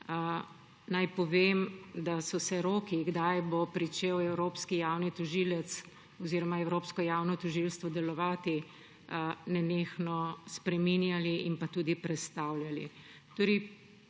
naj povem, da so se roki, kdaj bo pričel evropski javni tožilec oziroma evropsko javno tožilstvo delovati, nenehno spreminjali in prestavljali.